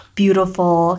beautiful